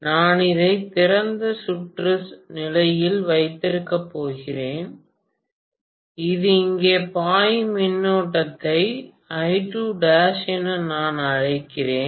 நான் இதை திறந்த சுற்று நிலையில் வைத்திருக்கப் போகிறேன் இது இங்கே பாயும் மின்னோட்டத்தை I2' என நான் அழைக்கிறேன்